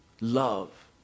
love